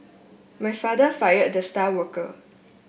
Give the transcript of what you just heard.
my father fired the star worker